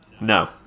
No